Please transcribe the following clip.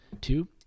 Two